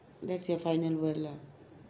that's your final word lah